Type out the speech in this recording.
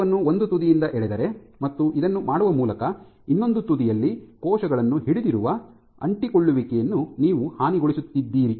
ಕೋಶವನ್ನು ಒಂದು ತುದಿಯಿಂದ ಎಳೆದರೆ ಮತ್ತು ಇದನ್ನು ಮಾಡುವ ಮೂಲಕ ಇನ್ನೊಂದು ತುದಿಯಲ್ಲಿ ಕೋಶಗಳನ್ನು ಹಿಡಿದಿರುವ ಅಂಟಿಕೊಳ್ಳುವಿಕೆಯನ್ನು ನೀವು ಹಾನಿಗೊಳಿಸುತ್ತಿದ್ದೀರಿ